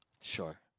Sure